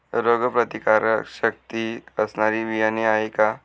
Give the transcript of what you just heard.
रोगप्रतिकारशक्ती असणारी बियाणे आहे का?